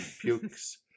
pukes